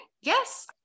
Yes